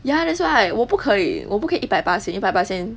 ya that's why 我不可以我不可以一百巴仙一百巴仙